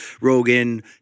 Rogan